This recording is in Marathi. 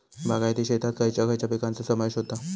बागायती शेतात खयच्या खयच्या पिकांचो समावेश होता?